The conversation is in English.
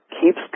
keeps